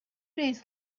days